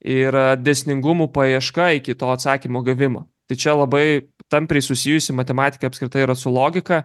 ir dėsningumų paieška iki to atsakymo gavimo tai čia labai tampriai susijusi matematika apskritai yra su logika